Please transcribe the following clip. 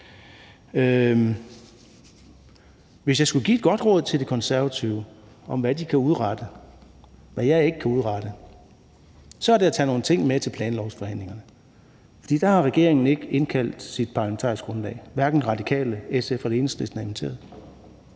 Hvis jeg skulle give et godt råd til De Konservative om, hvad de kan udrette – og som jeg ikke kan udrette – så er det at tage nogle ting med til planlovsforhandlingerne, for der har regeringen ikke indkaldt sit parlamentariske grundlag. Hverken Radikale, SF eller Enhedslisten er inviteret.